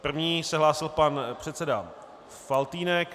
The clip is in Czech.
První se hlásil pan předseda Faltýnek.